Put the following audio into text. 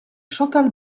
chantal